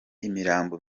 imirambo